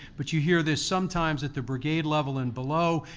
but you hear this sometimes, at the brigade level and below,